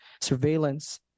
surveillance